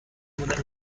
بودم